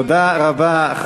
תודה רבה.